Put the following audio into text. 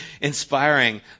inspiring